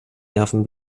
nerven